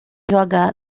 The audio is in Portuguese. joga